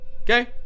okay